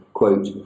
quote